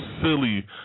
silly